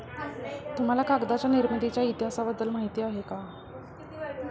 तुम्हाला कागदाच्या निर्मितीच्या इतिहासाबद्दल माहिती आहे का?